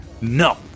No